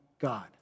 God